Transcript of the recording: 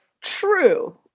true